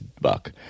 buck